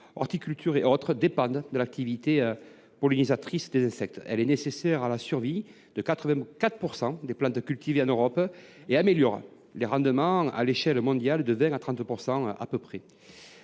l’horticulture, entre autres, dépendent de l’activité pollinisatrice des insectes. Celle ci est nécessaire à la survie de 84 % des plantes cultivées en Europe et améliore les rendements à l’échelle mondiale de 20 % à 30 %